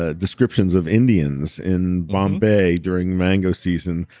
ah descriptions of indians in bombay during mango season,